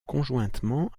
conjointement